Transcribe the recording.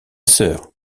sœur